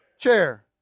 Chair